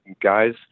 guys